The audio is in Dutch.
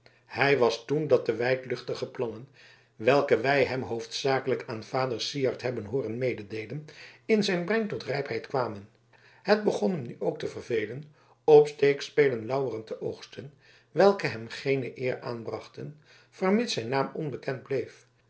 het was toen dat de wijdluchtige plannen welke wij hem hoofdzakelijk aan vader syard hebben hooren mededeelen in zijn brein tot rijpheid kwamen het begon hem nu ook te vervelen op steekspelen lauweren in te oogsten welke hem geene eer aanbrachten vermits zijn naam onbekend bleef